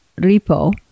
repo